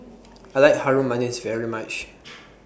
I like Harum Manis very much